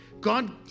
God